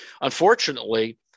unfortunately